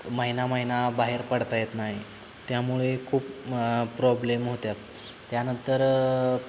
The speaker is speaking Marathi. महिना महिना बाहेर पडता येत नाही त्यामुळे खूप प्रॉब्लेम होत्यात त्यानंतर